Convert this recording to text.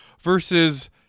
versus